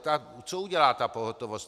A co udělá ta pohotovost?